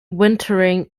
wintering